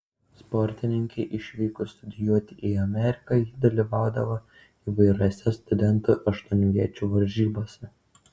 sportininkei išvykus studijuoti į ameriką ji dalyvaudavo įvairiose studentų aštuonviečių varžybose